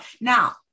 Now